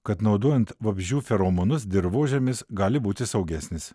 kad naudojant vabzdžių feromonus dirvožemis gali būti saugesnis